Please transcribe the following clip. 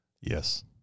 Yes